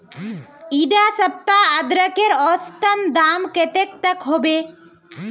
इडा सप्ताह अदरकेर औसतन दाम कतेक तक होबे?